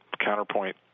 counterpoint